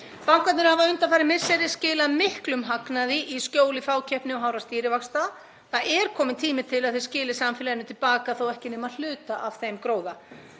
Bankarnir hafa undanfarin misseri skilað miklum hagnaði í skjóli fákeppni og hárra stýrivaxta. Það er kominn tími til að þeir skili samfélaginu til baka þótt ekki sé nema hluta af þeim gróða.